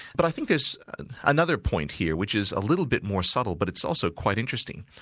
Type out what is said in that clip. but i think there's another point here, which is a little bit more subtle but it's also quite interesting.